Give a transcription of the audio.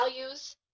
values